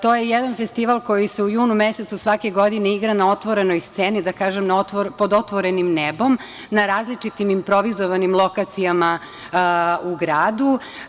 To je jedan festival koji se u junu mesecu svake godine igra na otvorenoj sceni, da kažem pod otvorenim nebom, na različitim improvizovanim lokacijama u gradu.